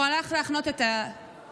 הוא הלך להחנות את הרכב,